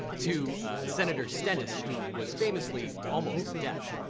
to senator stennis, who was famously almost deaf.